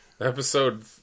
Episode